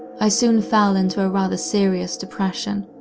i soon fell into a rather serious depression,